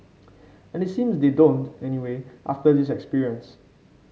and it seems they don't anyway after this experience